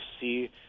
see